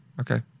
Okay